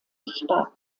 stark